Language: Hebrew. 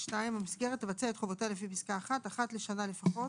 (2)המסגרת תבצע את חובותיה לפי פסקה (1) אחת לשנה לפחות,